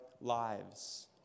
lives